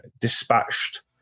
dispatched